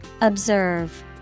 Observe